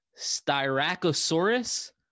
styracosaurus